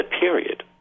period